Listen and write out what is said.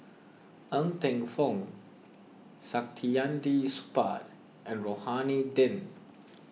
Ng Teng Fong Saktiandi Supaat and Rohani Din